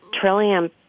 Trillium